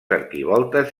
arquivoltes